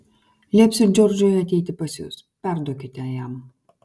liepsiu džordžui ateiti pas jus perduokite jam